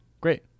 great